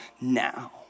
now